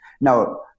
Now